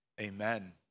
Amen